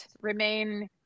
remain